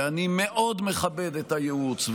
ואני מאוד מכבד את הייעוץ,